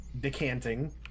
decanting